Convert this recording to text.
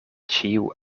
ĉiu